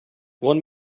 one